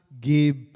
give